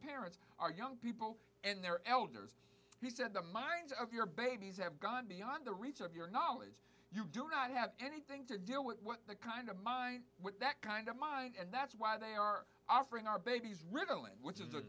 parents our young people and their elders he said the minds of your babies have gone beyond the reach of your knowledge you do not have anything to deal with the kind of mind with that kind of mind and that's why they are offering our babies ritalin which is